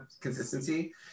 consistency